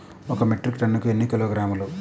ఒక మెట్రిక్ టన్నుకు ఎన్ని కిలోగ్రాములు?